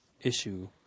issue